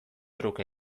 truk